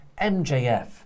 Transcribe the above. MJF